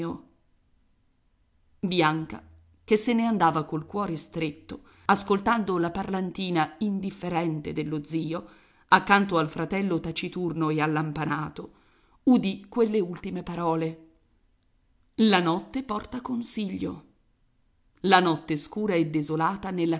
bianca che se ne andava col cuore stretto ascoltando la parlantina indifferente dello zio accanto al fratello taciturno e allampanato udì quelle ultime parole la notte porta consiglio la notte scura e desolata nella